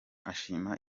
ashima